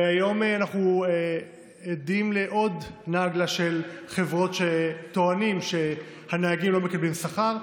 והיום אנחנו עדים לעוד נגלה של חברות שטוענות שהנהגים לא מקבלים שכר.